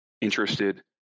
interested